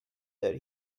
that